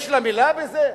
יש לה מלה בזה?